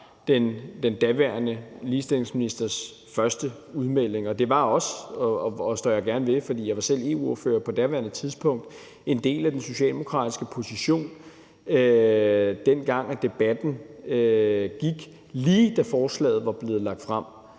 den daværende ligestillingsministers første udmelding, og det var også, og det står jeg gerne ved, for jeg var selv EU-ordfører på daværende tidspunkt, en del af den socialdemokratiske position, dengang debatten kørte, lige da forslaget var blevet lagt frem;